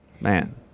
Man